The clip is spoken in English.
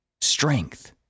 strength